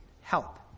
help